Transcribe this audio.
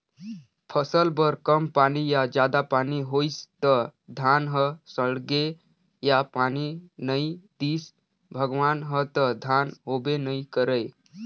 फसल बर कम पानी या जादा पानी होइस त धान ह सड़गे या पानी नइ दिस भगवान ह त धान होबे नइ करय